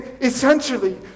essentially